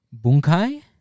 Bunkai